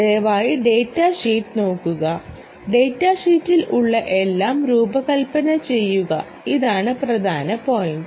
ദയവായി data sheet നോക്കുക data ഷീറ്റിൽ ഉള്ള എല്ലാം രൂപകൽപ്പന ചെയ്യുക ഇതാണ് പ്രധാന പോയിന്റ്